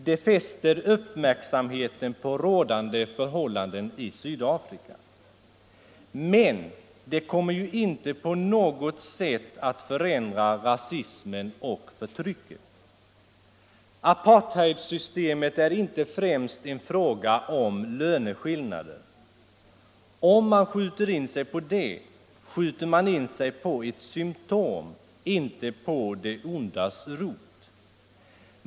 Det fäster uppmärksamheten på rådande förhållanden i Sydafrika, men det kommer inte på något sätt att förändra rasismen och förtrycket. Apartheidsystemet är inte främst en fråga om löneskillnader. Om man skjuter in sig på det, skjuter man in sig på ett symptom — inte på det ondas rot.